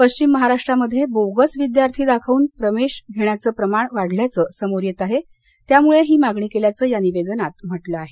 पश्चिम महाराष्ट्रामध्ये बोगस विद्यार्थी दाखवून प्रवेश घेण्याचं प्रमाण वाढल्याचं समोर येत आहे त्यामुळे ही मागणी केल्याचं या निवेदनात म्हटलं आहे